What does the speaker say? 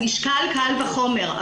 על משקל קל וחומר,